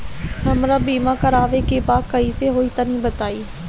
हमरा बीमा करावे के बा कइसे होई तनि बताईं?